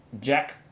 Jack